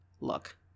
look